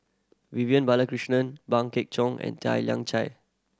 Vivian Balakrishnan Pang Guek Cheng and Tan Lian Chye